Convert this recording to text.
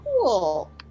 Cool